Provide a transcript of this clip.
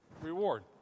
reward